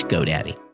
GoDaddy